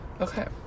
Okay